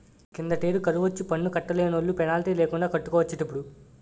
కిందటేడు కరువొచ్చి పన్ను కట్టలేనోలు పెనాల్టీ లేకండా కట్టుకోవచ్చటిప్పుడు